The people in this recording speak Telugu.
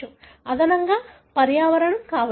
అదనంగా పర్యావరణం కావచ్చు